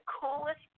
coolest